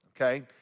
okay